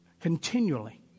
Continually